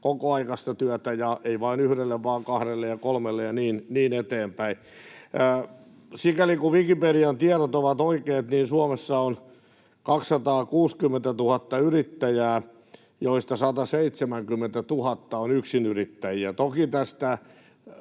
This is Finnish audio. kokoaikaista työtä ja ei vain yhdelle vaan kahdelle ja kolmelle ja niin edespäin. Sikäli kuin Wikipedian tiedot ovat oikeat, niin Suomessa on 260 000 yrittäjää, joista 170 000 on yksinyrittäjiä. Toki tästä